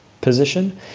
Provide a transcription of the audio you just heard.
position